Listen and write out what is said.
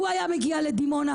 הוא היה מגיע לדימונה,